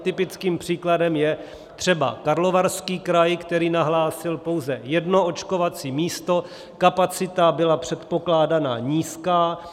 Typickým příkladem je třeba Karlovarský kraj, který nahlásil pouze jedno očkovací místo, kapacita byla předpokládána nízká.